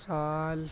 ਸਾਲ